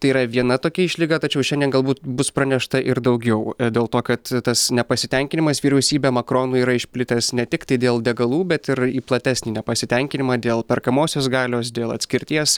tai yra viena tokia išlyga tačiau šiandien galbūt bus pranešta ir daugiau dėl to kad tas nepasitenkinimas vyriausybe makronu yra išplitęs ne tiktai dėl degalų bet ir į platesnį nepasitenkinimą dėl perkamosios galios dėl atskirties